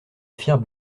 firent